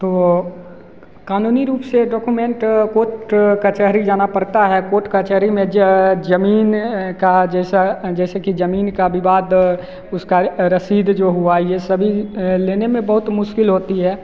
तो क़ानूनी रूप से डॉक्यूमेंट कोट कचहरी जाना पड़ता है कोर्ट कचहरी में ज़मीन का जैसा जैसे कि ज़मीन का विवाद उसकी रसीद जो हुई यह सभी लेने में बहुत मुश्किल होती है